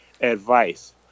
advice